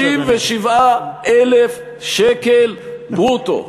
57,000 שקל ברוטו.